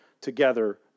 together